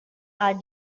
are